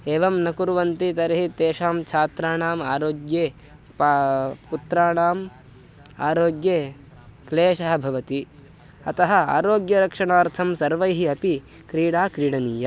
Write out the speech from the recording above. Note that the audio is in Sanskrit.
एवं न कुर्वन्ति तर्हि तेषां छात्राणाम् आरोग्ये प पुत्राणाम् आरोग्ये क्लेशः भवति अतः आरोग्यरक्षणार्थं सर्वैः अपि क्रीडा क्रीडनीया